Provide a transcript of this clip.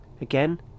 Again